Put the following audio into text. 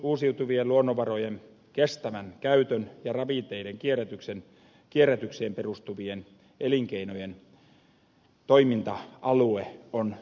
uusiutuvien luonnonvarojen kestävän käytön ja ravinteiden kierrätykseen perustuvien elinkeinojen toiminta alue on nimenomaan maaseudulla